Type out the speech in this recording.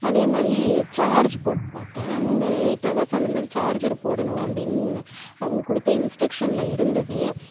அதே மாரி சார்ஜ் போட்டு பார்த்தேன் இந்த எயிட் ஹவர்ஸ் அந்த மாரி சார்ஜர் போடணும் அப்படின்னு அவங்க கொடுத்த இன்ஸ்ட்ரக்சனில் இருந்தது